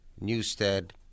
Newstead